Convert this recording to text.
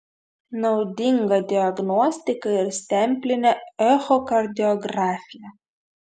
naudinga diagnostikai ir stemplinė echokardiografija